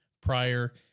prior